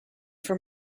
from